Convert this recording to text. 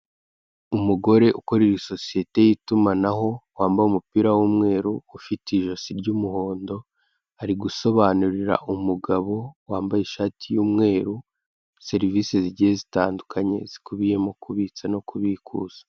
Umugore ukorera isosiye y'itumanaho, wambaye umupira w'umweru, ufite ijosi ry'umuhondo ari gusobanurira umugabo wambaye ishati y'umweru serivise zigiye zitandukanye, zikubiyemo izo kubitsa no kubikuza.